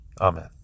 Amen